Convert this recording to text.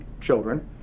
children